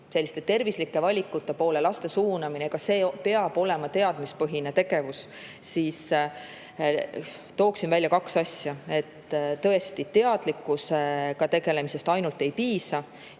selliste tervislike valikute poole laste suunamine peab olema teadmispõhine tegevus, siis tooksin välja kaks asja. Tõesti, teadlikkusega tegelemisest ainult ei piisa.